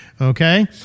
Okay